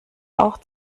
auch